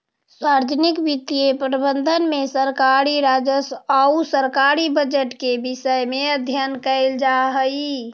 सार्वजनिक वित्तीय प्रबंधन में सरकारी राजस्व आउ सरकारी बजट के विषय में अध्ययन कैल जा हइ